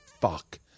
fuck